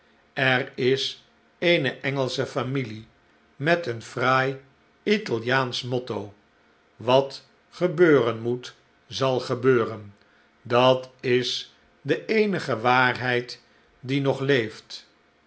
er is eene engelsche familie met een fraai italiaansch motto wat gebeuren moet zal gebeuren dat is de eenige waarheid die nog leeft